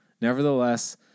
Nevertheless